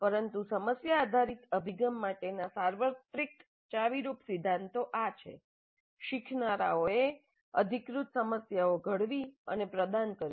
પરંતુ સમસ્યા આધારિત અભિગમ માટેના સાર્વત્રિક ચાવીરૂપ સિદ્ધાંતો આ છે શીખનારાઓએ અધિકૃત સમસ્યાઓ ઘડવી અને પ્રદાન કરવી